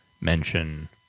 Mention